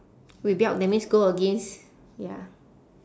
rebelled that means go against ya